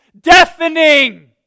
deafening